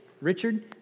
Richard